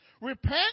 Repent